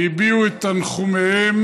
והביעו את תנחומיהם,